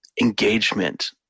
engagement